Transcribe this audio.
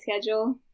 schedule